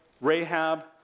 Rahab